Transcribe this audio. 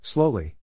Slowly